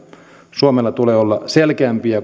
suomella tulee olla selkeämpi ja ja